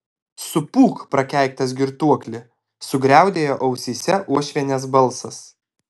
supūk prakeiktas girtuokli sugriaudėjo ausyse uošvienės balsas